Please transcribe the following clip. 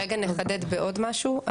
רגע נחדד בעוד משהו.